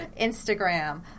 Instagram